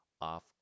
off